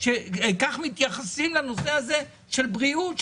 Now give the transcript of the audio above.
שככה מתייחסים לנושא הזה של בריאות,